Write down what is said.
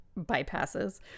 bypasses